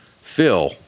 Phil